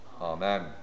Amen